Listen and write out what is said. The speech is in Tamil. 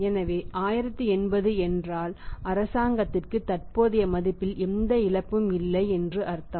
எனவே 1080 என்றால் அரசாங்கத்திற்கு தற்போதைய மதிப்பில் எந்த இழப்பும் இல்லை என்று அர்த்தம்